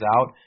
out